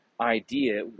Idea